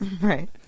Right